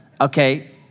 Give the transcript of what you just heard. Okay